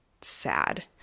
sad